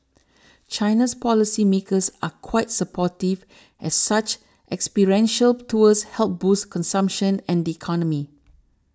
China's policy makers are quite supportive as such experiential tours help boost consumption and the economy